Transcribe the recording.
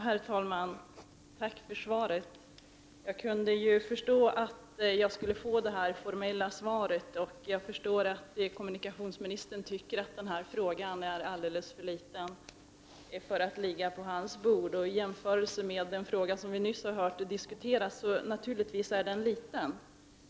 Herr talman! Jag tackar för svaret. Jag förstod att jag skulle få ett formellt svar. Vidare förstår jag att kommunikationsministern tycker att den här frågan är alldeles för ringa för att ligga på hans bord. I jämförelse med den fråga som nyss diskuterades är den naturligtvis ringa.